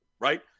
right